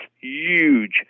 huge